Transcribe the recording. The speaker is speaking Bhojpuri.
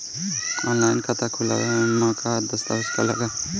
आनलाइन खाता खूलावे म का का दस्तावेज लगा ता?